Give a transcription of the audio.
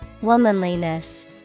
Womanliness